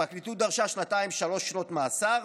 הפרקליטות דרשה שנתיים, שלוש שנות מאסר.